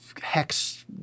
hex